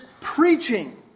preaching